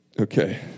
Okay